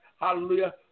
Hallelujah